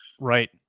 Right